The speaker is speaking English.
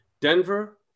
Denver